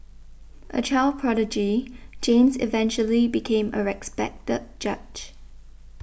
a child prodigy James eventually became a respected judge